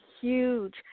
huge